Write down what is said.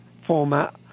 format